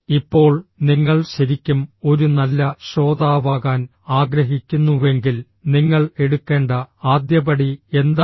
ഇപ്പോൾ നിങ്ങൾ ശരിക്കും ഒരു നല്ല ശ്രോതാവാകാൻ ആഗ്രഹിക്കുന്നുവെങ്കിൽ നിങ്ങൾ എടുക്കേണ്ട ആദ്യപടി എന്താണ്